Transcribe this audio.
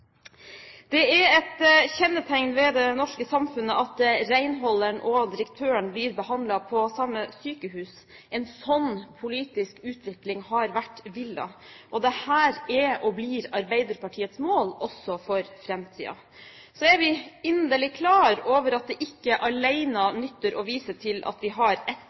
Det er et kjennetegn ved det norske samfunnet at renholderen og direktøren blir behandlet på samme sykehus. En slik politisk utvikling har vært villet. Dette er og blir Arbeiderpartiets mål også for framtiden. Så er vi inderlig klar over at det ikke alene nytter å vise til at vi har et